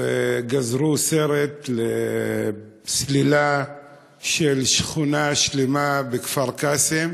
והם גזרו סרט לרגל סלילה של שכונה שלמה בכפר-קאסם,